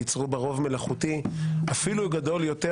ייצרו בה רוב מלאכותי אפילו גדול יותר,